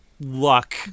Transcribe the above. luck